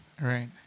Right